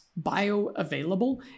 bioavailable